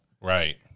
Right